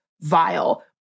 vile